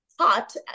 hot